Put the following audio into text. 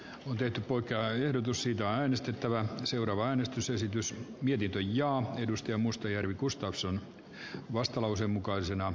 tunteet poikkea ehdotus siitä äänestettävä seuraava äänestysesitys vietit ujo edustaja mustajärvi gustafsson arvoisa puhemies